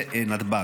ונתב"ג.